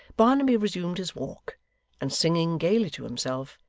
barnaby resumed his walk and singing gaily to himself,